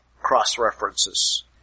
cross-references